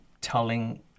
telling